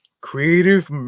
creative